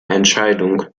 entscheidung